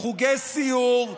חוגי סיור,